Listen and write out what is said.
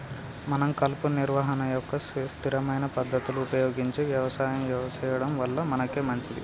మనం కలుపు నిర్వహణ యొక్క స్థిరమైన పద్ధతులు ఉపయోగించి యవసాయం సెయ్యడం వల్ల మనకే మంచింది